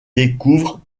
découvrent